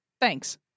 thanks